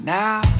now